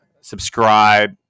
Subscribe